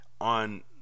on